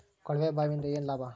ಕೊಳವೆ ಬಾವಿಯಿಂದ ಏನ್ ಲಾಭಾ?